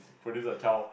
produce a child